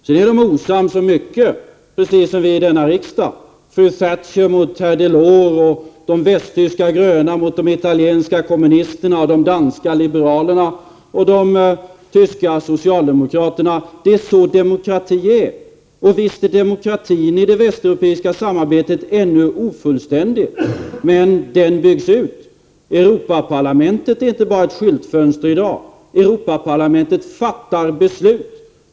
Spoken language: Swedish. Sedan är de osams om mycket, precis som vi i denna riksdag: fru Thatcher mot herr Delors, de västtyska gröna mot de italienska kommunisterna och de danska liberalerna mot de tyska socialdemokraterna. Det är sådan demokratin är. Visst är demokratin i det västeuropeiska samarbetet ännu ofullständig, men den byggs ut. Europaparlamentet är inte bara ett skyltfönster i dag. Europaparlamentet fattar verkliga beslut.